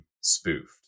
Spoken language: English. spoofed